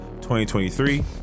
2023